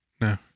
No